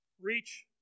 Reach